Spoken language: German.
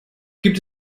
gibt